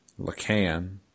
Lacan